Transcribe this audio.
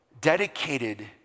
dedicated